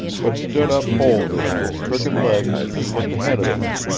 but stood up boldly on his crooked legs and looked ahead of him.